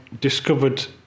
discovered